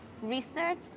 research